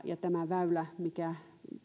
ja tätä väylää mikä